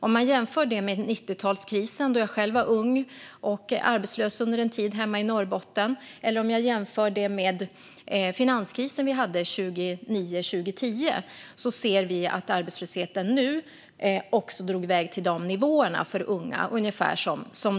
Om vi jämför med 90-talskrisen, då jag själv var ung och arbetslös under en tid hemma i Norrbotten, eller om vi jämför med finanskrisen 2009-2010 ser vi att arbetslösheten nu har dragit i väg till ungefär samma nivåer som då.